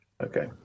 Okay